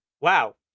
wow